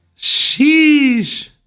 Sheesh